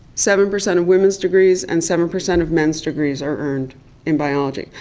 seven percent of women's degrees and seven percent of men's degrees are earned in biology.